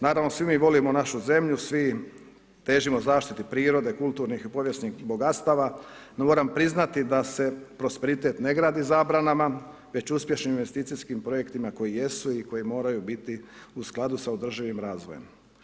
Naravno, svi mi volimo našu zemlju, svi težimo zaštiti prirode, kulturnih i povijesnih bogatstava no moram priznati da se prosperitet ne gradi zabranama već uspješnim investicijskim projektima koji jesu i koji moraju biti u skladu s održivim razvojem.